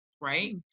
right